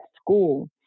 school